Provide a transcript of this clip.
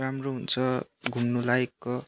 राम्रो हुन्छ घुम्नु लायकको